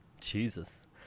Jesus